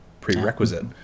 prerequisite